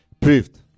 proved